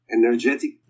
energetic